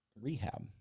rehab